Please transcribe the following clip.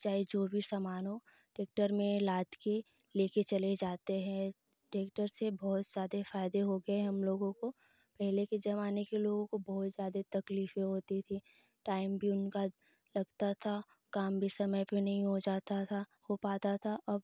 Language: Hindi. चाहे जो भी समान हो ट्रैक्टर में लाद कर ले के चले जाते हैं तेर्कतर से बहुत ज्यादे फायदे हो गये हैं हमलोग को पहले के जमाने के लोगों को बहुत तकलीफ होती थी टाइम भी उनका लगता था काम भी समय पर नहीं हो जाता था हो पाता था